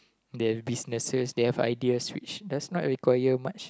they have businesses they have ideas which does not require much